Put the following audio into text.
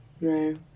No